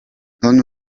hanno